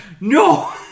No